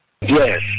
Yes